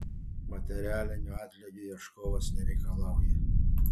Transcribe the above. materialinio atlygio ieškovas nereikalauja